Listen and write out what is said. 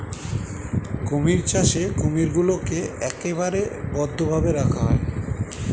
কুমির চাষে কুমিরগুলোকে একেবারে বদ্ধ ভাবে রাখা হয়